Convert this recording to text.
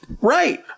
right